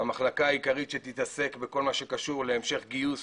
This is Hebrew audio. והמחלקה העיקרית שתתעסק בכל מה שקשור להמשך גיוס